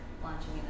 launching